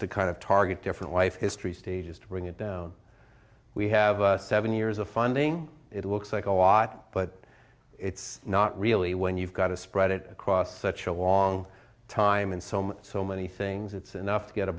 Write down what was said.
to kind of target different life histories stages to bring it down we have seven years of funding it looks like a lot but it's not really when you've got to spread it across such a long time and so much so many things it's enough to get a